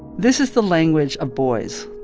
this is the language of boys.